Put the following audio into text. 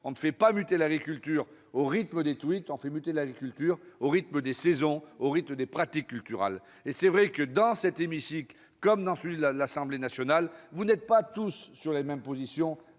on ne fait pas muter l'agriculture au rythme des tweets, on fait muter l'agriculture au rythme des saisons, au rythme des pratiques culturales. Dans cet hémicycle, comme à l'Assemblée nationale, vous n'avez pas tous les mêmes positions.